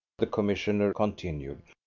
the commissioner continued.